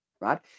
right